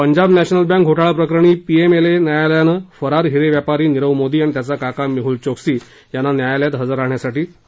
Punjab national bank घोटाळा प्रकरणी PMLA न्यायालयानं फरार हिरे व्यापारी नीरव मोदी आणि त्याचा काका मेहल चोक्सी यांना न्यायालयात हजर राहण्यासाठी समन्स बजावलं आहे